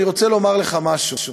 אני רוצה לומר לך משהו.